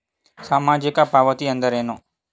ಸಾಮಾಜಿಕ ಪಾವತಿ ಎಂದರೇನು?